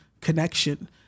connection